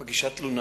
היא מגישה תלונה